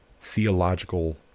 theological